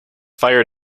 fire